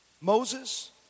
Moses